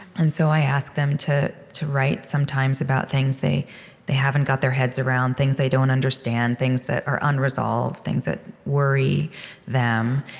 and so i ask them to to write, sometimes, about things they they haven't got their heads around, things they don't understand, things that are unresolved, things that worry them.